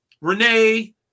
renee